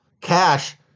cash